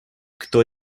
кто